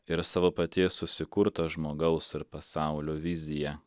ir savo paties susikurtą žmogaus ir pasaulio viziją